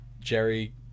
Jerry